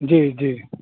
जी जी